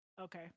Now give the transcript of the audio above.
Okay